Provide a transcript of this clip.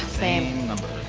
same number.